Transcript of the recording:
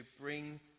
bring